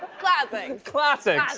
classics. classics.